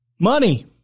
Money